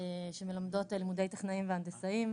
שמלמדות לימודי טכנאים והנדסאים,